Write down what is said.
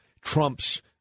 trumps